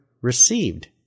received